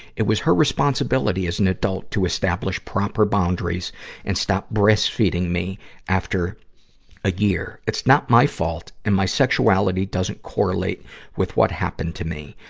it was her responsibility as an adult to establish proper boundaries and stop breastfeeding me after a year. it's not my fault, and my sexuality doesn't correlate with what happened to me.